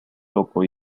loco